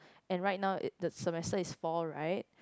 and right now it the semester is four right